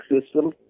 system